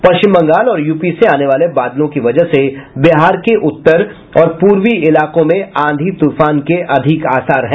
पश्चिम बंगाल और यूपी से आने वाले बादलों की वजह से बिहार के उत्तर और पूर्वी इलाकों में आंधी तूफान के अधिक आसार है